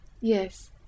Yes